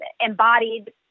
embodied